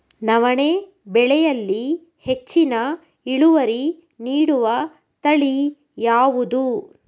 ನವಣೆ ಬೆಳೆಯಲ್ಲಿ ಹೆಚ್ಚಿನ ಇಳುವರಿ ನೀಡುವ ತಳಿ ಯಾವುದು?